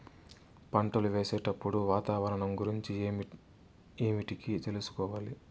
పంటలు వేసేటప్పుడు వాతావరణం గురించి ఏమిటికి తెలుసుకోవాలి?